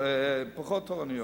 פחות תורנויות.